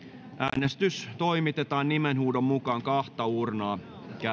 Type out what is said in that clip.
äänestys toimitetaan nimenhuudon mukaan kahta uurnaa